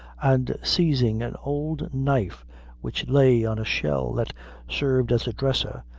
and seizing an old knife which lay on a shell that served as a dresser,